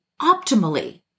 optimally